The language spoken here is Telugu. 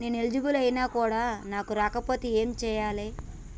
నేను ఎలిజిబుల్ ఐనా కూడా నాకు రాకపోతే ఏం చేయాలి?